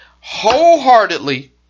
wholeheartedly